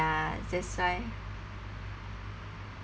ya that's why